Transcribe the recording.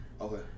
Okay